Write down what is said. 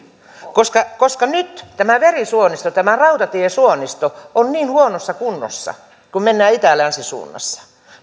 sisältöä koska nyt tämä verisuonisto tämä rautatiesuonisto on niin huonossa kunnossa kun mennään itä länsi suunnassa